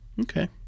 Okay